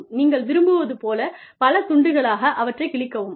நீங்கள் விரும்புவது போலப் பல துண்டுகளாக அவற்றைக் கிழிக்கவும்